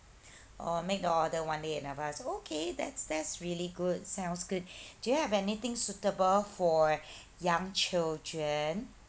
oh make the order one day in advance okay that's that's really good sounds good do you have anything suitable for young children